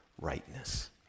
rightness